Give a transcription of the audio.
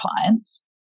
clients